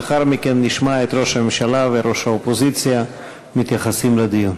לאחר מכן נשמע את ראש הממשלה וראש האופוזיציה מתייחסים לדיון.